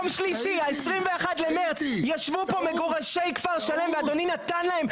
ב-21 במרץ ישבו פה מגורשי כפר שלם ואדוני נתן להם,